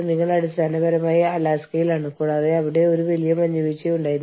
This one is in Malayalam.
അല്ലെങ്കിൽ നിങ്ങൾ ജോലി ചെയ്തിരുന്ന ജോലിസ്ഥലം കെട്ടിടം ഇനി സുരക്ഷിതമല്ല